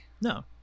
No